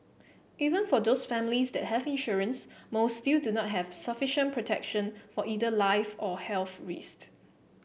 even for those families that have insurance most still do not have sufficient protection for either life or health risks